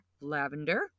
lavender